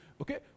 okay